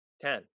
Ten